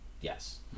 yes